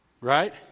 Right